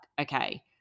okay